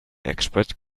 expert